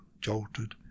jolted